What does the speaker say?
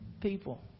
people